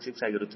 66 ಆಗಿರುತ್ತದೆ